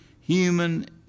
human